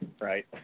right